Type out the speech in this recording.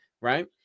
right